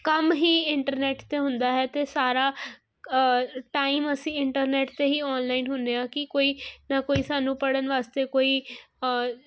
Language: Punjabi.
ਕੰਮ ਹੀ ਇੰਟਰਨੈਟ 'ਤੇ ਹੁੰਦਾ ਹੈ ਅਤੇ ਸਾਰਾ ਟਾਈਮ ਅਸੀਂ ਇੰਟਰਨੈਟ 'ਤੇ ਹੀ ਆਨਲਾਈਨ ਹੁੰਦੇ ਹਾਂ ਕਿ ਕੋਈ ਨਾ ਕੋਈ ਸਾਨੂੰ ਪੜ੍ਹਨ ਵਾਸਤੇ ਕੋਈ